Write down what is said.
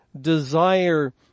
desire